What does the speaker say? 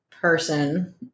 person